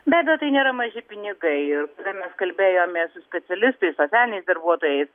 be abejo tai nėra maži pinigai ir mes kalbėjomės su specialistais socialiniais darbuotojais